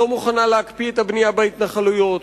לא מוכנה להקפיא את הבנייה בהתנחלויות,